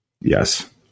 Yes